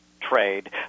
trade